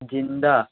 ज़िंदा